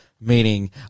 Meaning